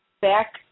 back